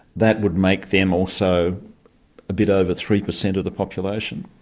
that would make them also a bit over three per cent of the population.